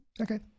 Okay